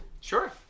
Sure